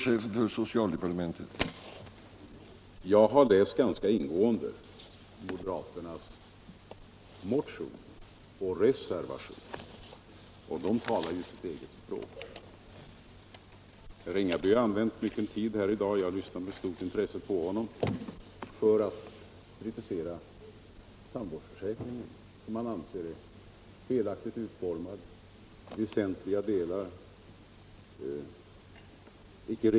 Herr talman! Jag har ganska ingående läst moderaternas motioner och reservationer, och dessa talar sitt eget språk. Herr Ringaby har använt mycken tid i dag — jag har med intresse lyssnat på honom -— för att kritisera tandvårdsförsäkringen, som han anser vara felaktigt utformad i väsentliga delar.